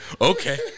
Okay